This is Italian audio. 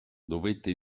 dovette